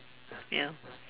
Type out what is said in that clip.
ya